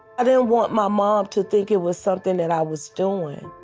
i didn't want my mom to think it was something and i was doing,